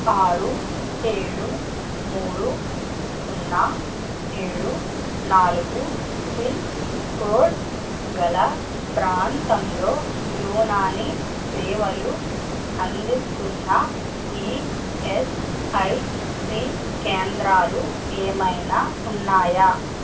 ఆరు ఏడు మూడు సున్నా ఏడు నాలుగు పిన్ కోడ్ గల ప్రాంతంలో యునానీ సేవలు అందిస్తున్న ఈఎస్ఐసి కేంద్రాలు ఏమైనా ఉన్నాయా